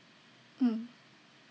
mm